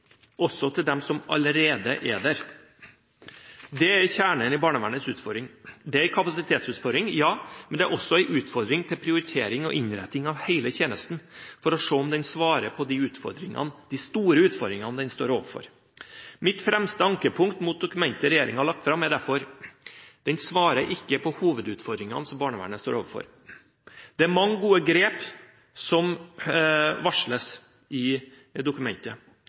også til dem som allerede er der. Det er kjernen i barnevernets utfordring. Det er en kapasitetsutfordring – ja. Men det er også en utfordring til prioritering og innretning av hele tjenesten for å se om den svarer på de store utfordringene den står overfor. Mitt fremste ankepunkt mot dokumentet regjeringen har lagt fram, er derfor: Det svarer ikke på hovedutfordringene som barnevernet står overfor. Det er mange gode grep som varsles i dokumentet,